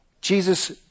Jesus